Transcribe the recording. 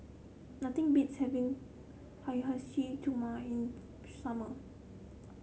nothing beats having Hiyashi Chuka in summer